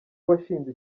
washinze